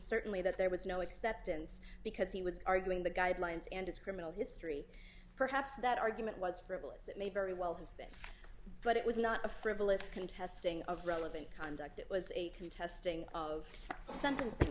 certainly that there was no acceptance because he was arguing the guidelines and his criminal history perhaps that argument was frivolous it may very well have been but it was not a frivolous contesting of relevant conduct it was a contesting of sentencing